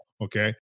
Okay